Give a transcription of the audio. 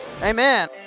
Amen